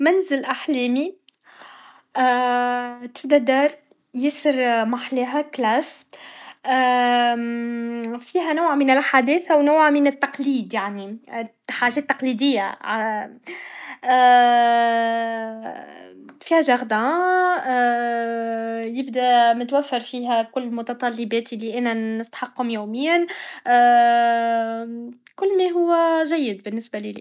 منزل احلامي تبدا دار ياسر محلاها كلاس فيها نوع من الحداثة ونوع من التقليد يعني حاجات تقليدية فيها جاغدا يبدا متوفر فيها كل متطلبات لي انا نسحقهم يوميا كل ما هو جيد بالنسبة لي